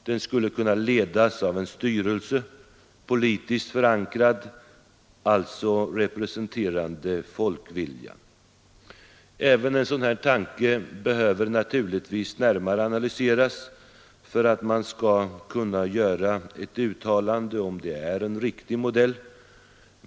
Det skulle också kunna ledas av en styrelse, som är politiskt förankrad och alltså representerar folkviljan. Även en sådan här tanke behöver närmare analyseras för att man skall kunna göra ett uttalande om huruvida den är en riktig modell.